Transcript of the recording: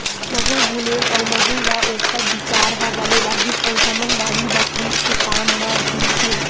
महूँ गुनेव अउ महूँ ल ओखर बिचार ह बने लगिस अउ हमन बाड़ी बखरी के काम म भीड़ गेन